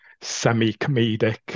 semi-comedic